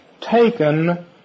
taken